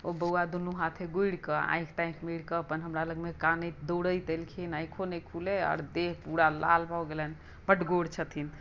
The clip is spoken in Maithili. ओ बौआ दुनू हाथे ग़ुड़िकऽ आँखि ताँखि मिड़कऽ अपन हमरा लगमे कानैत दौड़ैत एलखिन आँखिओ नहि खुलै आओर देह पुरा लाल भऽ गेलनि बड गोर छथिन